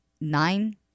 nine